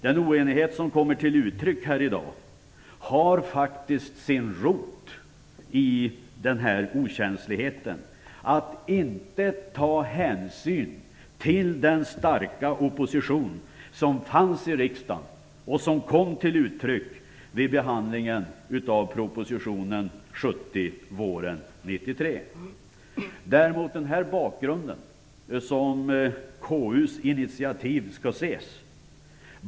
Den oenighet som kommer till uttryck här i dag har faktiskt sin rot i den okänslighet som ligger i att inte ta hänsyn till den starka opposition som fanns i riksdagen och som kom till uttryck vid behandlingen av proposition 70 våren Det är mot denna bakgrund som KU:s initiativ skall ses.